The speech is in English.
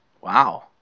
Wow